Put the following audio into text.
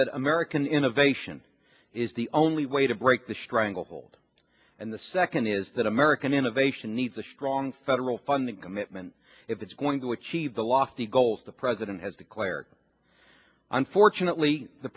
that american innovation is the only way to break the stranglehold and the second is that american innovation needs a strong federal funding commitment if it's going to achieve the lofty goals the president has declared unfortunately the